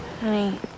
Honey